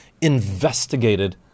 investigated